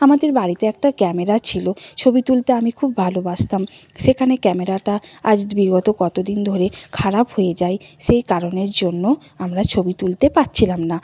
আমাদের বাড়িতে একটা ক্যামেরা ছিল ছবি তুলতে আমি খুব ভালোবাসতাম সেখানে ক্যামেরাটা আজ বিগত কত দিন ধরে খারাপ হয়ে যায় সেই কারণের জন্য আমরা ছবি তুলতে পারছিলাম না